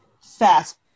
fast